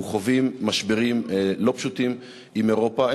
אנחנו חווים משברים לא פשוטים עם אירופה,